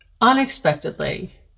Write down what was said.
unexpectedly